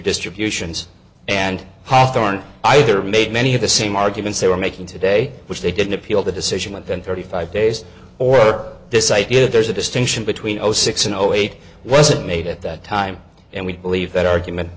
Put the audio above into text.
distributions and how thorn either made many of the same arguments they were making today which they didn't appeal the decision within thirty five days or this idea that there's a distinction between zero six and zero eight wasn't made at that time and we believe that argument